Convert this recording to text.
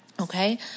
okay